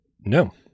No